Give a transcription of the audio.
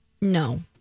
No